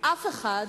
אף אחד,